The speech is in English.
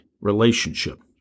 relationship